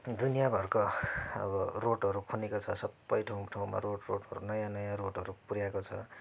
दुनियाँभरको अब रोडहरू खनेको छ सबै ठाउँ ठाउँमा रोड रोडहरू नयाँ नयाँ रोडहरू पुऱ्याएको छ